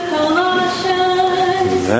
Colossians